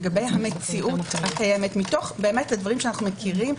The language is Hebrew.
לגבי המציאות הקיימת מתוך הדברים שאנו מכירים,